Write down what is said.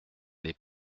les